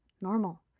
normal